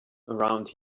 around